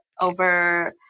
over